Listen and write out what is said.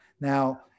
Now